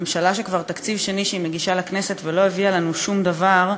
ממשלה שזה כבר תקציב שני שהיא מגישה לכנסת ולא הביאה לנו שום דבר,